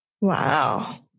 Wow